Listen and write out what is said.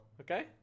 Okay